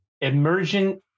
emergent